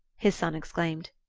his son exclaimed.